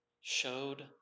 showed